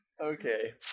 Okay